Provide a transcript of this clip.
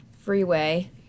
freeway